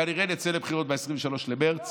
כנראה נצא לבחירות ב-23 במרץ